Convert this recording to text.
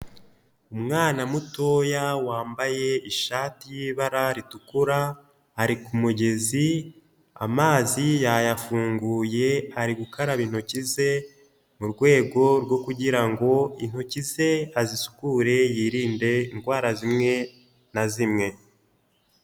Umwana mutoya wambaye ishati y'ibara ritukura, ari ku mugezi amazi yayafunguye ari gukaraba intoki ze murwego rwo kugirango intoki ze azisukure yirinde indwara zimwe na zimwe.